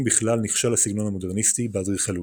בכלל נכשל הסגנון המודרניסטי באדריכלות.